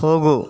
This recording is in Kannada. ಹೋಗು